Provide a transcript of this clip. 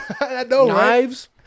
knives